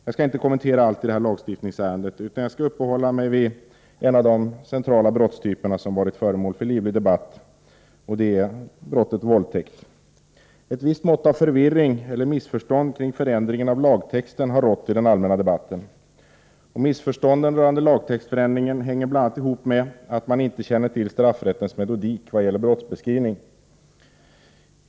Jag skall inte kommentera allt i det här lagstiftningsärendet utan jag skall uppehålla mig vid en av de centrala brottstyperna, som varit föremål för livlig debatt, och det är brottet våldtäkt. Ett visst mått av förvirring eller missförstånd kring förändringen av lagtexten har rått i den allmänna debatten. Missförstånden rörande lagtextförändringen hänger bl.a. ihop med att man inte känner till straffrättens metodik vad gäller brottsbeskrivning.